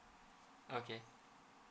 okay